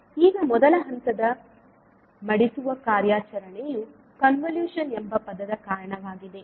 ಈಗ ಮೊದಲ ಹಂತದ ಮಡಿಸುವ ಕಾರ್ಯಾಚರಣೆಯು ಕನ್ವಲೂಶನ್ ಎಂಬ ಪದದ ಕಾರಣವಾಗಿದೆ